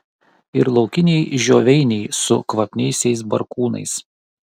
ir laukiniai žioveiniai su kvapniaisiais barkūnais